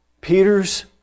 Peter's